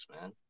man